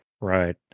right